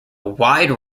wide